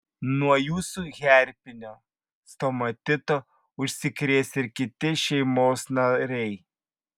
nuo jūsų herpinio stomatito užsikrės ir kiti šeimos nariai